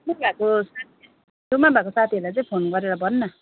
छेउमा भएको साथीहरूलाई चाहिँ फोन गरेर भन् न